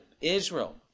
Israel